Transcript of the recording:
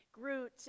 Groot